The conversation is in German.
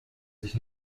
sich